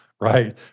right